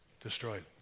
Destroyed